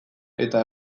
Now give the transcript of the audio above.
eta